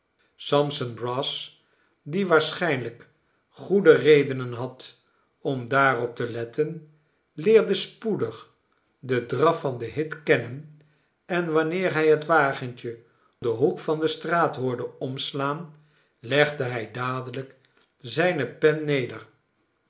sampson brass die waarschijnlijk goede redenen had om daarop te letten leerde spoedig den draf van den hit kennen en wanneer hij het wagentje den hoek van de straat hoorde omslaan legde hij dadelijk zijne pen neder